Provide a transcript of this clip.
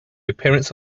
appearance